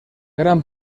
gran